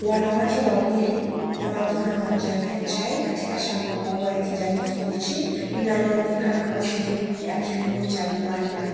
Wanawake wawili wanavuna majani ya chai katika shamba kubwa ya kijani kibichi linaloonekana kwa sehemu ya kilimo cha viwanda.